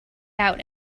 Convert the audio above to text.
out